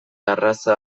arraza